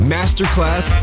Masterclass